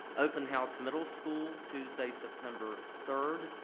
open house middle school tuesday, september third,